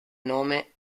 nome